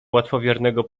łatwowiernego